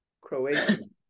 Croatian